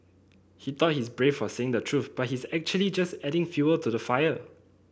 he thought his brave for saying the truth but he's actually just adding fuel to the fire